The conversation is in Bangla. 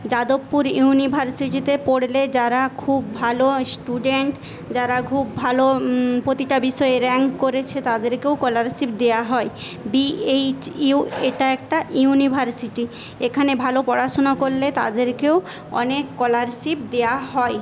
যাদবপুর ইউনিভার্সিটিতে পড়লে যারা খুব ভালো স্টুডেন্ট যারা খুব ভালো প্রতিটা বিষয়ে র্যাংক করেছে তাদেরকেও স্কলারশিপ দেওয়া হই বিএইচইউ এটা একটা ইউনিভার্সিটি এখানে ভালো পড়াশুনা করলে তাদেরকেও অনেক স্কলারশিপ দেওয়া হয়